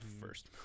first